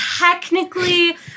technically